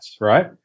Right